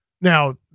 Now